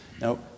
Now